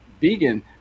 vegan